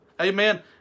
Amen